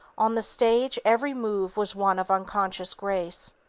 on the stage every move was one of unconscious grace.